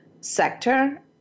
sector